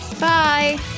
Bye